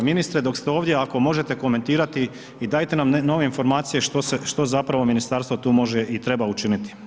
Ministre, dok ste ovdje, ako možete komentirati i dajete nam nove informacije što se, što zapravo ministarstvo tu može i treba učiniti.